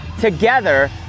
together